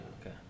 Okay